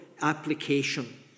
application